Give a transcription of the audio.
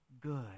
good